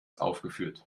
aufgeführt